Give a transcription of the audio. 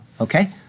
Okay